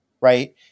right